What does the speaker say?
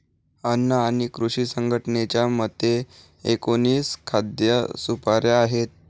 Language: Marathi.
अन्न आणि कृषी संघटनेच्या मते, एकोणीस खाद्य सुपाऱ्या आहेत